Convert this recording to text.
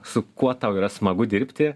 su kuo tau yra smagu dirbti